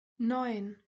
neun